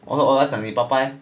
我说我要讲你爸爸 leh